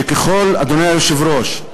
אדוני היושב-ראש,